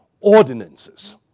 ordinances